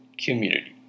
community